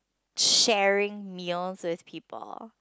sharing meals with people